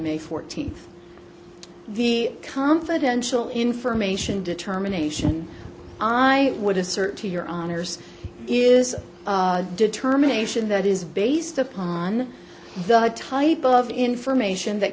may fourteenth the confidential information determination i would assert to your honor's is a determination that is based upon the type of information that